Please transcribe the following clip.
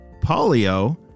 Polio